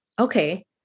okay